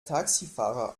taxifahrer